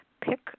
Pick